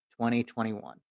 2021